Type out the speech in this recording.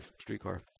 streetcar